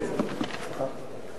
המחוקק,